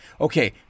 Okay